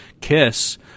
Kiss